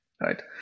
right